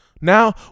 Now